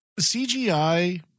CGI